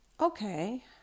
Okay